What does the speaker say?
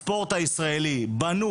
פעם אחר פעם: הספורט הישראלי בנוי,